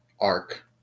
arc